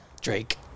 Drake